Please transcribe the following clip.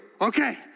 okay